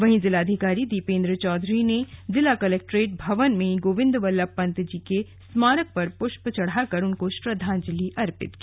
वहीं जिलाधिकारी दीपेन्द्र चौधरी ने जिला कलेक्ट्रेट भवन में गोविन्द्र बल्लभ पंत जी के स्मारक पर पुष्प चढ़ाकर उनको श्रद्धांजलि दी